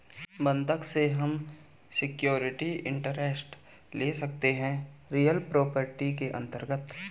बंधक से हम सिक्योरिटी इंटरेस्ट ले सकते है रियल प्रॉपर्टीज के अंतर्गत